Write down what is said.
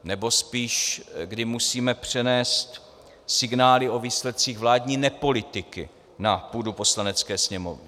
Nebo spíš, kdy musíme přenést signály o výsledcích vládní nepolitiky na půdu Poslanecké sněmovny.